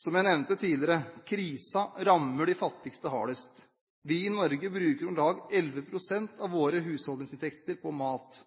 Som jeg nevnte tidligere: Krisen rammer de fattigste hardest. Vi i Norge bruker om lag 11 pst. av våre husholdningsinntekter på mat,